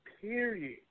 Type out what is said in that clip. period